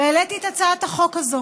והעליתי את הצעת החוק הזאת,